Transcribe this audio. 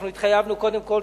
התחייבנו קודם כול,